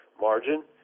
margin